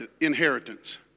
inheritance